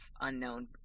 unknown